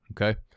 Okay